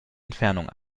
entfernung